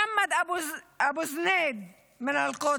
מחמוד אבו זניד מאל-קודס,